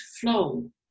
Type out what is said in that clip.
flow